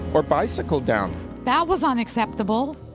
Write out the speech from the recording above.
or bicycle down that was unacceptable.